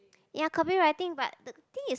ya copywriting but the thing is